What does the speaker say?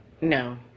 no